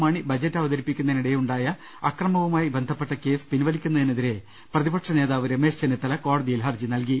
Mani budget അവതരിപ്പിക്കുന്നതിനിടെയുണ്ടായ അക്രമവുമായി ബന്ധപ്പെട്ട കേസ് പിൻവലിക്കുന്നതിനെതിരെ പ്രതിപക്ഷനേതാവ് രമേശ് ചെന്നിത്തല കോടതിയിൽ ഹർജി നൽകി